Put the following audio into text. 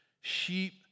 Sheep